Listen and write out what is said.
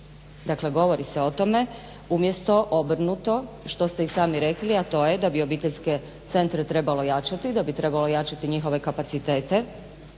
dakle govori se o tome umjesto obrnuto što ste i sami rekli, a to je da bi obiteljske centre trebalo jačati, da bi trebalo jačati njihove kapacitete,